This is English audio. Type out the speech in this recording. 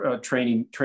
training